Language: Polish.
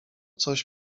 coś